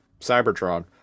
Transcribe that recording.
Cybertron